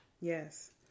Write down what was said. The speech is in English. Yes